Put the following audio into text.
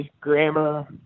grammar